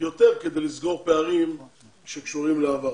יותר כדי לסגור פערים שקשורים לעבר.